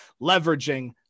leveraging